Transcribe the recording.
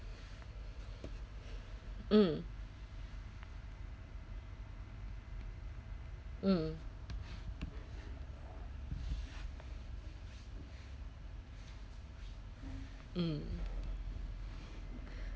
mm mm mm